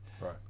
Right